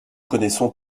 connaissons